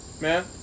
man